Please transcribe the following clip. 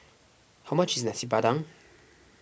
how much is Nasi Padang